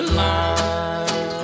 line